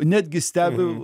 netgi stebi